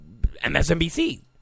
MSNBC